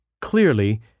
clearly